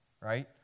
Right